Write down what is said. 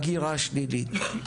הגירה שלילית,